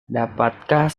dapatkah